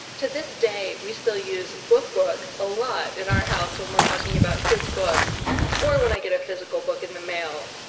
to this day we still use book-book a lot in our house when we're talking about his books or when i get a physical book in the mail.